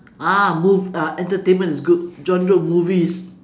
ah mov~ uh entertainment is good genre of movies